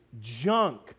junk